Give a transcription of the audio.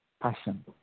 passion